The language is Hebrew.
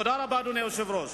תודה רבה, אדוני היושב-ראש.